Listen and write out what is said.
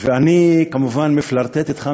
ואני כמובן מפלרטט אתך,